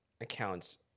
accounts